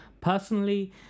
Personally